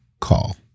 call